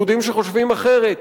יהודים שחושבים אחרת,